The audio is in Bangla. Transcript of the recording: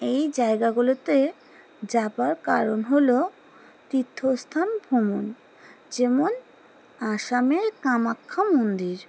এই জায়গাগুলোতে যাবার কারণ হলো তীর্থস্থান ভ্রমণ যেমন অসমের কামাখ্যা মন্দির